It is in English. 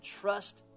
trust